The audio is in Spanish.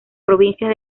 provincias